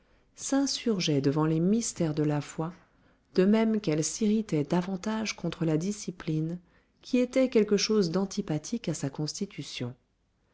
s'insurgeait devant les mystères de la foi de même qu'elle s'irritait davantage contre la discipline qui était quelque chose d'antipathique à sa constitution